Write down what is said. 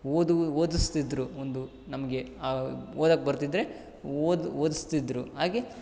ಓದು ಓದಿಸ್ತಿದ್ರು ಒಂದು ನಮಗೆ ಆ ಓದಕ್ಕೆ ಬರದಿದ್ರೆ ಓದು ಓದಿಸ್ತಿದ್ರು ಹಾಗೇ